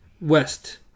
west